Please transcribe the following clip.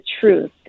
truth